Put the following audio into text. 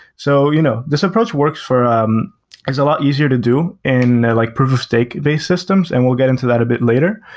so you know this approach works for um it's a lot easier to do, and like proof of stake based systems, and we'll get into that a bit later.